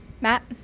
Matt